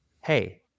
hey